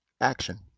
action